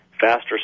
faster